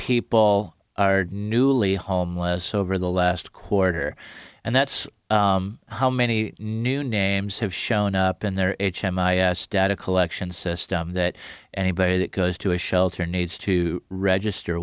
people are newly homeless over the last quarter and that's how many new names have shown up in their data collection system that anybody that goes to a shelter needs to register